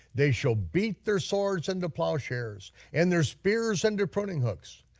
they shall beat their swords into plowshares and their spears into pruning hooks.